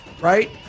Right